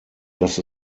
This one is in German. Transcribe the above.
dass